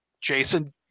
jason